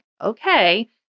Okay